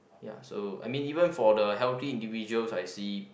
ya so I mean even for the healthy individuals I see